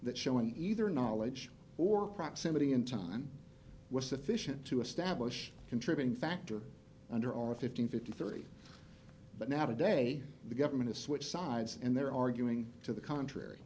that showing either knowledge or proximity in time was sufficient to establish a contributing factor under our fifteen fifty three but now today the government is switch sides and they're arguing to the contrary